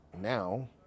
now